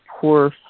poor